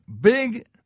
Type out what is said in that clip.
big